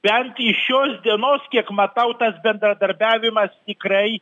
bent iš šios dienos kiek matau tas bendradarbiavimas tikrai